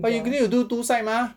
but you need to do two side mah